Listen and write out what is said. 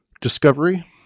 Discovery